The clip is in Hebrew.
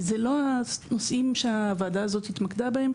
זה לא הנושאים שהוועדה הזאת התמקדה בהם,